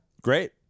Great